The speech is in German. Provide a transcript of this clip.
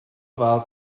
war